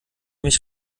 mich